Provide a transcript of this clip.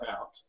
out